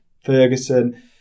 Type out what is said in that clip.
Ferguson